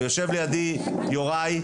יושב לידי יוראי,